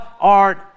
art